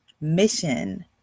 Mission